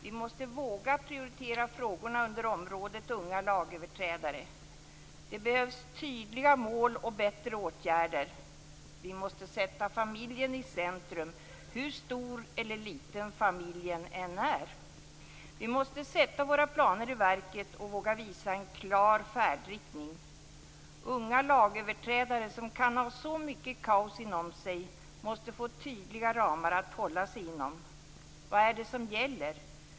Vi måste våga prioritera frågorna under området unga lagöverträdare. Det behövs tydliga mål och bättre åtgärder. Vi måste sätta familjen i centrum, hur stor eller liten familjen än är. Vi måste sätta våra planer i verket och våga visa en klar färdriktning. Unga lagöverträdare, som kan ha så mycket av kaos inom sig, måste få tydliga ramar att hålla sig inom. Vad är det som gäller?